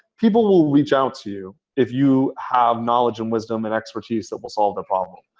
people will reach out to you, if you have knowledge and wisdom and expertise that will solve the problem.